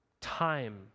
time